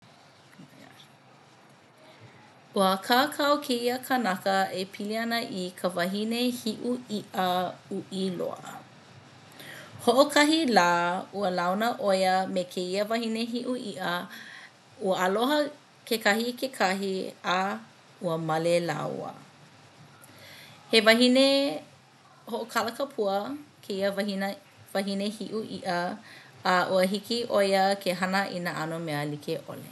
Ua kākau kēia kanaka e pili ana i ka wahine hiʻu iʻa uʻi loa. Hoʻokahi lā ua launa ʻo ia me kēia wahine hiʻu iʻa ua aloha kekahi i kekahi a ua male lāua. He wahine hoʻokalakapua kēia wahin wahine hiʻu iʻa a ua hiki ʻo ia ke hana i nā ʻano mea like ʻole.